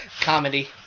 Comedy